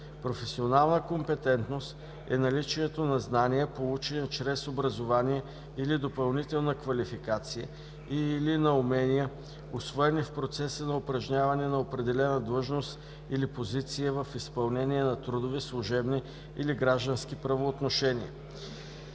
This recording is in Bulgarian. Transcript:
„Професионална компетентност“ е наличието на знания, получени чрез образование или допълнителна квалификация, и/или на умения, усвоени в процеса на упражняване на определена длъжност или позиция в изпълнение на трудови, служебни или граждански правоотношения.